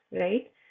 right